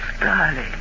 darling